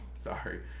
sorry